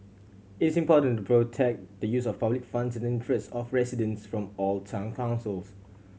is important to protect the use of public funds in the interest of residents from all town councils